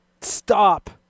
stop